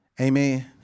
Amen